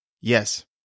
Yes